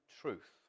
truth